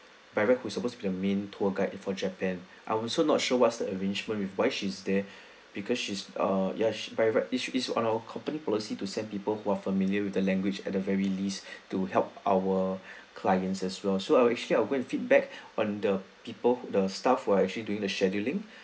by right who is supposed to be a main tour guide for japan I also not sure what's the arrangement with why she's there because she's uh yes is by right it's on our company policy to send people who are familiar with the language at the very least to help our clients as well so I'll actually I'll go and feedback on the people the staff who are actually during the scheduling